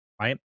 right